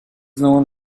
known